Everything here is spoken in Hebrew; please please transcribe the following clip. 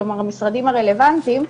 המשרדים הרלוונטיים,